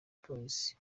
polisi